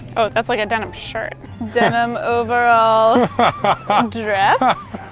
oh that's like a denim shirt. denim overall um dress?